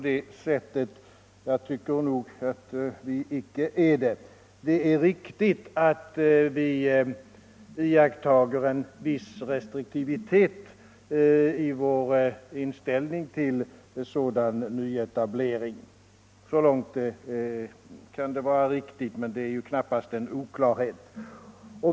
Jag tycker nog att vi icke är det. Det är riktigt så långt att vi iakttar en viss restriktivitet i vår inställning till sådan nyetablering, men det är knappast en oklarhet.